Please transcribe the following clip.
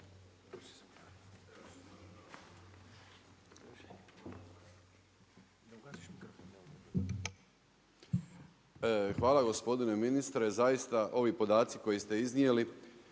gospodine ministre, zaista ovi podaci koji ste iznijeli